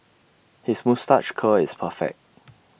his moustache curl is perfect